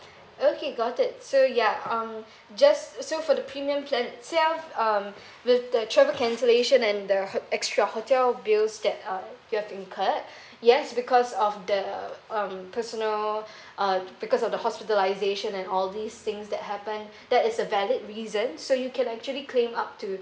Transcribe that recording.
okay got it so ya um just so for the premium plan itself um with the travel cancellation and the extra hotel bills that uh you've incurred yes because of the um personal uh because of the hospitalization and all these things that happened that is a valid reason so you can actually claim up to